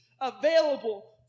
available